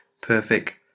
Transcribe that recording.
perfect